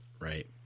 Right